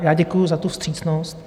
Já děkuju za tu vstřícnost.